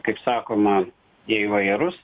kaip sakoma jie įvairūs